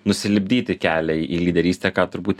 nusilipdyti kelią į lyderystę ką turbūt